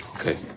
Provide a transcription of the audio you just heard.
okay